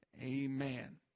Amen